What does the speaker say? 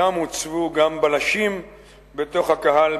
שם הוצבו גם בלשים בתוך הקהל,